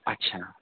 اچھا